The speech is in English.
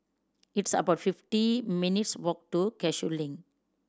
it's about fifty minutes' walk to Cashew Link